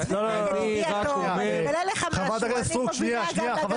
הוגשו על ידי חברת הכנסת אורית סטרוק והיא אכן המובילה.